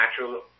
Natural